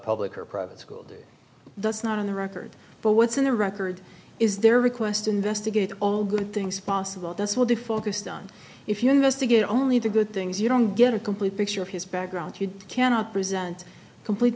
public or private school does not on the record but what's in the record is their request investigate all good things possible this will be focused on if you investigate only the good things you don't get a complete picture of his background you cannot present complete